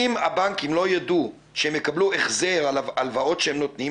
אם הבנקים לא ידעו שהם יקבלו החזר על הלוואות שהם נותנים,